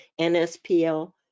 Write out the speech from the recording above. NSPL